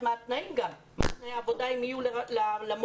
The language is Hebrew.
גם מה התנאים ואיזה תנאי עבודה יהיו למורים,